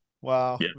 Wow